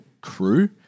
crew